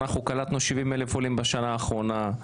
קלטנו 70,000 עולים בשנה האחרונה.